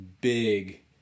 big